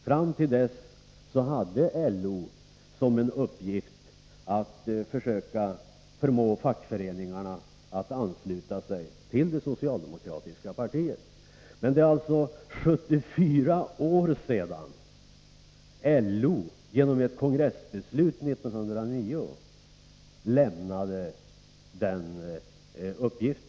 Fram till dess hade LO som uppgift att försöka förmå fackföreningarna att ansluta sig till det socialdemokratiska partiet. Det är alltså 74 år sedan som LO, genom ett kongressbeslut 1909, lämnade denna uppgift.